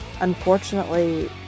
Unfortunately